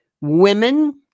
women